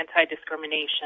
anti-discrimination